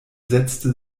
setzte